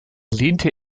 lehnte